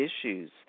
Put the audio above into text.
issues